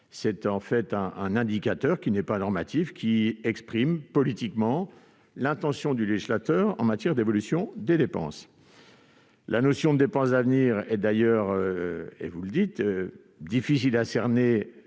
C'est un indicateur, non normatif, qui exprime politiquement l'intention du législateur en matière d'évolution des dépenses. La notion de « dépenses d'avenir » est, comme vous le dites, difficile à cerner